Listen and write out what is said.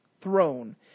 throne